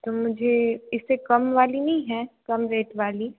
तो मुझे इससे कम वाली नहीं है कम रेट वाली